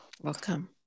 Welcome